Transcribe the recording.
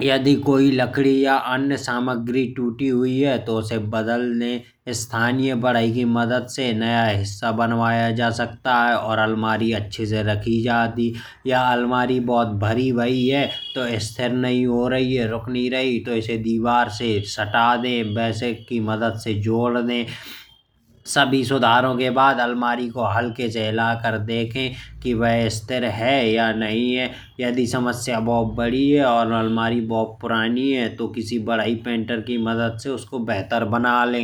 यदि कोई लकड़ी या अन्य सामग्री टूटी हुई है तो। उसे बदल दें स्थानीय बढ़ई की मदद से नया हिस्सा बनवाया जा सकता है। और अलमारी अच्छी से रखी जाती है या अलमारी बहुत भारी भाई है। स्थिर नहीं हो रही तो इसे दीवार की से सटा दें ब्रैकेट की मदद से जोड़ दें। सभी सुधारों के बाद अलमारी को हलके से हिला कर देखें कि वह स्थिर है। या नहीं है यदि समस्या बहुत बड़ी है और अलमारी बहुत पुरानी है। तो किसी बढ़ई पेंटर की मदद से उसको बेहतर बना ले।